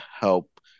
help